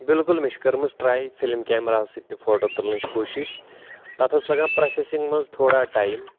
بِلکُل مےٚ چھِ کٔرمٕژ ٹرٛاے فِلِم کیمراہو سۭتۍ تہِ فوٹو تُلنٕچ کوٗشِش تَتھ ٲس لَگان پرٛوسٮ۪سِنٛگ منٛز تھوڑا ٹایِم